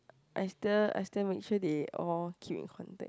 I still I still make sure they all keep in contact